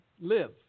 Live